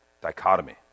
dichotomy